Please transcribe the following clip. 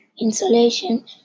Insulation